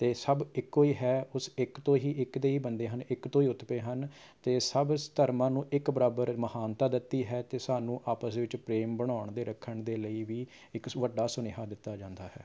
ਅਤੇ ਸਭ ਇੱਕੋ ਹੀ ਹੈ ਉਸ ਇੱਕ ਤੋਂ ਹੀ ਇੱਕ ਦੇ ਹੀ ਬੰਦੇ ਹਨ ਉਸ ਇੱਕ ਤੋਂ ਹੀ ਉਤਪੇ ਹਨ ਅਤੇ ਸਭ ਸ ਧਰਮਾਂ ਨੂੰ ਇੱਕ ਬਰਾਬਰ ਮਹਾਨਤਾ ਦਿੱਤੀ ਹੈ ਅਤੇ ਸਾਨੂੰ ਆਪਸ ਵਿੱਚ ਪ੍ਰੇਮ ਬਣਾਉਣ ਅਤੇ ਰੱਖਣ ਦੇ ਲਈ ਵੀ ਇੱਕ ਵੱਡਾ ਸੁਨੇਹਾ ਦਿੱਤਾ ਜਾਂਦਾ ਹੈ